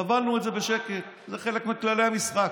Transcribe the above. סבלנו את זה בשקט, זה חלק מכללי המשחק.